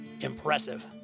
impressive